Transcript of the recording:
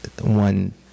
one